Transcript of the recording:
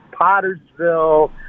Pottersville